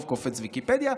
לרוב קופצת ויקיפדיה,